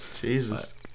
Jesus